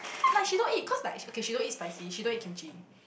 like she don't eat cause like okay she don't eat spicy she don't eat kimchi